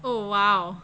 oh !wow!